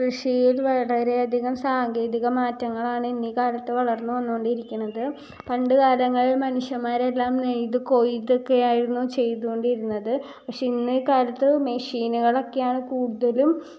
കൃഷീൽ വളരെ അധികം സാങ്കേതിക മാറ്റങ്ങളാണ് ഇന്നീ കാലത്ത് വളർന്ന് വന്നു കൊണ്ടിരിക്കുന്നത് പണ്ട് കാലങ്ങളിൽ മനുഷ്യൻമാരെല്ലാം നെയ്ത് കൊയ്തൊക്കെയായിരുന്നു ചെയ്ത് കൊണ്ടിരുന്നത് പക്ഷേ ഇന്നീ കാലത്തു മെഷീനുകളൊക്കെയാണ് കൂടുതലും